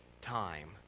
time